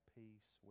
peace